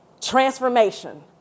Transformation